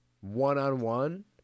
one-on-one